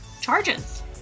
charges